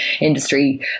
industry